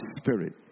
spirit